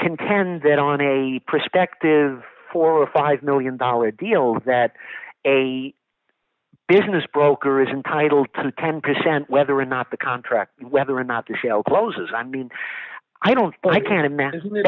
contend then on a prospective for a five million dollars deal that a business broker isn't title to ten percent whether or not the contract whether or not the shell closes i mean i don't but i can imagine